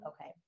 okay